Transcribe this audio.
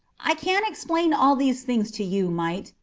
i can't explain all these things to you, mite.